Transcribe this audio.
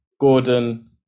Gordon